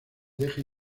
deja